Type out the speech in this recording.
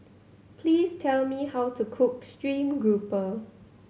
please tell me how to cook stream grouper